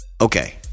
okay